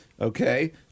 Okay